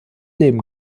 leben